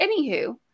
Anywho